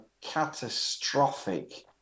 catastrophic